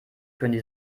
können